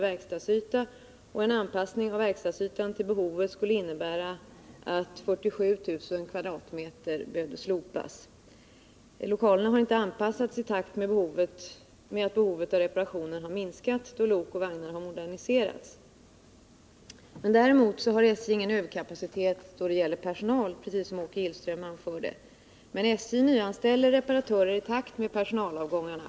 verkstadsyta, och en anpassning av denna till behovet skulle innebära att 47 000 m? behövde slopas. Lokalerna har inte anpassats i takt med att behovet av reparationer har minskat, då lok och vagnar har moderniserats. SJ har däremot ingen överkapacitet då det gäller personal, precis som Åke Gillström anförde, men man nyanställer reparatörer i takt med personalavgångarna.